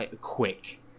quick